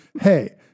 hey